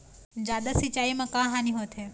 जादा सिचाई म का हानी होथे?